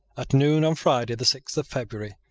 at noon on friday, the sixth of february,